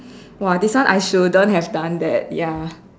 !wah! this one I shouldn't have done that ya